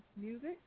music